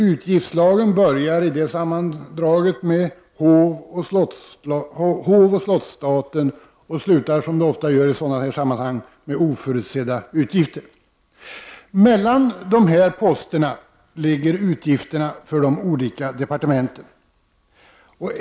Utgiftsslagen börjar i sammandraget med hovoch slottsstaten och slutar som ofta i sådana sammanhang med oförutsedda utgifter. Mellan dessa poster ligger utgifterna för de olika departementen.